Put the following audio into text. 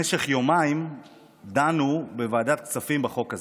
במשך יומיים דנו בוועדת כספים בחוק הזה,